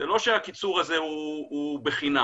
זה לא שהקיצור הזה הוא בחינם.